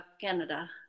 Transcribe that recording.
Canada